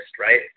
right